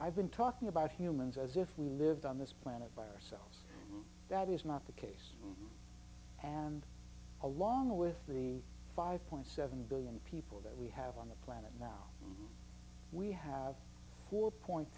i've been talking about humans as if we lived on this planet by ourselves that is not the case and along with the five point seven billion people that we have on the planet now we have four point